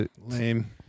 Lame